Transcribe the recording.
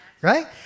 right